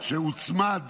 שהוצמד